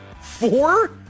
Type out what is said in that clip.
Four